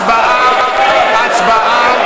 הצבעה.